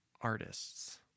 artists